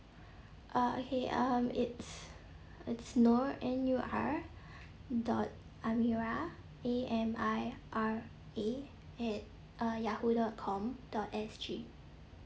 uh okay um it's it's nur N U R dot amira A M I R A at uh yahoo dot com dot S G